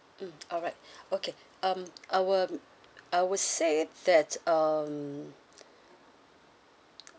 mm alright okay um I will I would say that um